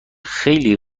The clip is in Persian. خیلی